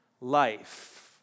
life